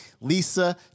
Lisa